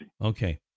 Okay